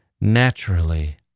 Naturally